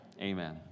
amen